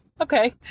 okay